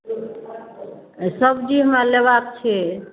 सब्जी हमरा लेबाके छै